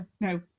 no